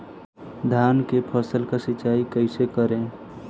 धान के फसल का सिंचाई कैसे करे?